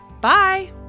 Bye